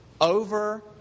over